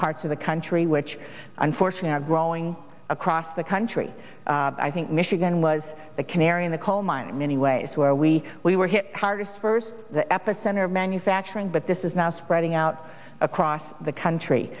parts of the country which unfortunately growing across the country i think michigan was the canary in the coal mine in many ways where we we were hit hardest first the epicenter of manufacturing but this is now spreading out across the country